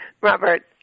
Robert